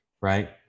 right